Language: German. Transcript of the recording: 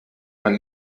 man